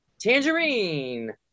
*Tangerine*